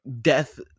death